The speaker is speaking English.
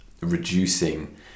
reducing